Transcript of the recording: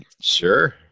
Sure